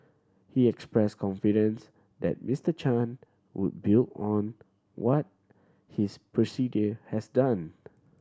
he express confidence that Mister Chan would build on what his predecessor has done